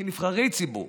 כנבחרי ציבור,